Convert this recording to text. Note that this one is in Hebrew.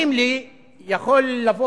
יכול לבוא